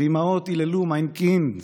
ואימהות יללו: 'מיין קינד!'